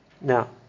Now